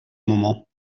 moment